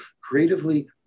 creatively